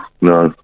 no